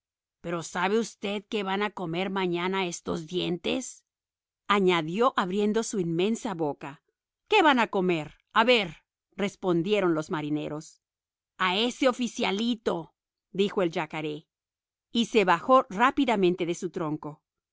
pero usted sabe qué van a comer mañana estos dientes añadió abriendo su inmensa boca qué van a comer a ver respondieron los marineros a ese oficialito dijo el yacaré y se bajó rápidamente de su tronco